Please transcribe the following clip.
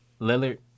Lillard